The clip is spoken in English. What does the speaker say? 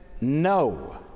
no